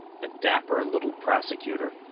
the dapper little prosecutor,